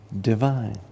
divine